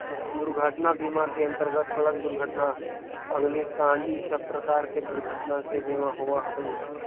दुर्घटना बीमा के अंतर्गत सड़क दुर्घटना अग्निकांड इ सब प्रकार के दुर्घटना के बीमा होवऽ हई